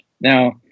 Now